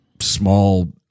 small